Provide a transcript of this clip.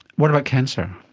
what about cancer?